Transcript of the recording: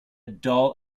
dull